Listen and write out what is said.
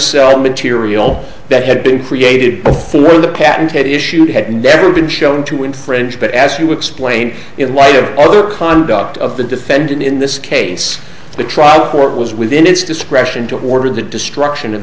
cell material that had been created or through the patented issued had never been shown to infringe but as you explained in light of other conduct of the defendant in this case the trial court was within its discretion to order the destruction of